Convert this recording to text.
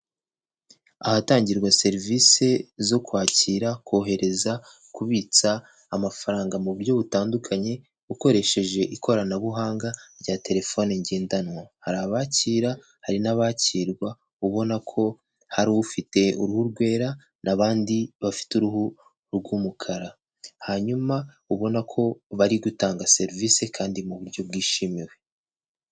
Ahatangirwa serivisi zo kwakira, kohereza, kubitsa amafaranga mu buryo butandukanye, ukoresheje ikoranabuhanga rya telefone ngendanwa. Hari abakira, hari n'abakirwa, ubona ko hari ufite uruhu rwera n'abandi bafite uruhu rw'umukara, hanyuma ubona ko bari gutanga serivisi kandi mu buryo bwishimiwe.